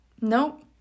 Nope